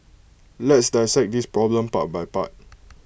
let's dissect this problem part by part